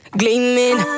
gleaming